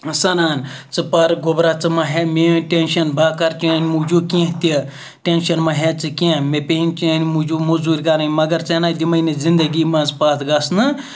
سَنان ژٕ پَر گوٚبرا ژٕ ما ہےٚ میٛٲنۍ ٹٮ۪نشَن بہٕ ہہ کَرٕ چانہِ موٗجوٗب کینٛہہ تہِ ٹٮ۪نشَن ما ہےٚ ژٕ کینٛہہ مےٚ پیٚیِنۍ چانہِ موٗجوٗب مٔزوٗرۍ کَرٕنۍ مگر ژےٚ نا دِمَے نہٕ زندگی منٛز پَتھ گژھنہٕ